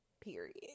period